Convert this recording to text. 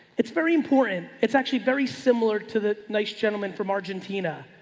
it's very important. it's actually very similar to the nice gentleman from argentina.